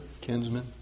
kinsman